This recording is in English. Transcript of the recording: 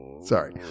Sorry